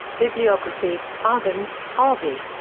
bibliography arden, harvey.